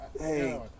hey